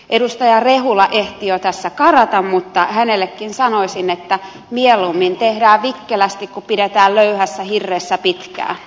edustaja rehula ehti jo tässä karata mutta hänellekin sanoisin että mieluummin tehdään vikkelästi kuin pidetään löyhässä hirressä pitkään